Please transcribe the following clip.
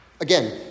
again